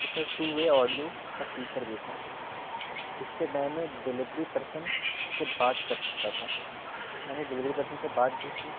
اس میں two way audio کا feature بھی تھا جس سے میں نے ڈلیوری پرسن سے بات کر سکتا تھا میں نے ڈلیوری پرسن سے بات بھی کی